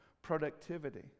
productivity